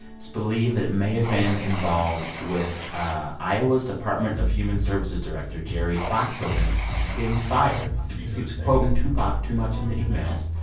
it's believed that it may have been involved with iowa's department of human services director jerry foxhoven getting fired because he was quoting tupac too much in the emails.